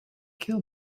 kill